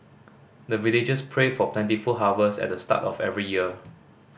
the villagers pray for plentiful harvest at the start of every year